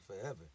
forever